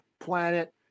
planet